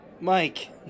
Mike